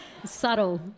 Subtle